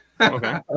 okay